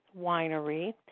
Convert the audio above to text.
Winery